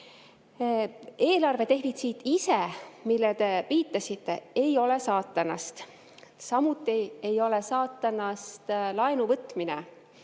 Eelarve defitsiit ise, millele te viitasite, ei ole saatanast. Samuti ei ole saatanast laenuvõtmine,